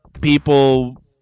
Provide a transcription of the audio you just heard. people